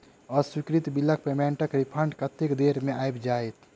अस्वीकृत बिलक पेमेन्टक रिफन्ड कतेक देर मे आबि जाइत?